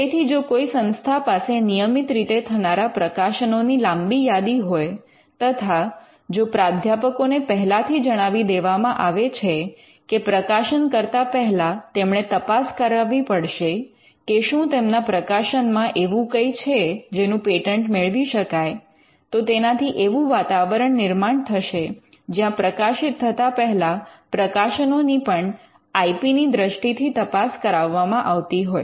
તેથી જો કોઈ સંસ્થા પાસે નિયમિત રીતે થનારા પ્રકાશનોની લાંબી યાદી હોય તથા જો પ્રાધ્યાપકો ને પહેલાથી જણાવી દેવામાં આવે છે કે પ્રકાશન કરતા પહેલા તેમણે તપાસ કરાવવી પડશે કે શું તેમના પ્રકાશનમાં એવું કઈ છે જેનું પેટન્ટ મેળવી શકાય તો તેનાથી એવું વાતાવરણ નિર્માણ થશે જ્યાં પ્રકાશિત થતા પહેલા પ્રકાશનો ની પણ આઇ પી ની દ્રષ્ટિ થી તપાસ કરવામાંઆવતી હોય